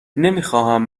نمیخواهم